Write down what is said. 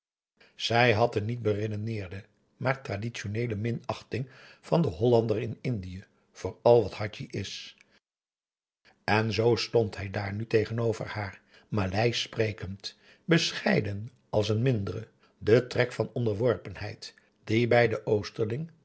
zij had de niet beredeneerde maar traditioneele minachting van den hollander in indië voor al wat hadji is en zoo stond hij daar nu tegenover haar maleisch sprekend bescheiden als een mindere den trek van onderworpenheid die bij den oosterling